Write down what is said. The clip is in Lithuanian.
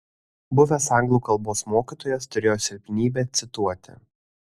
buvęs anglų kalbos mokytojas turėjo silpnybę cituoti